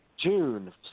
June